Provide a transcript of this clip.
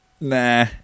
Nah